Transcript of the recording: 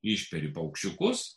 išperi paukščiukus